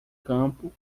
campo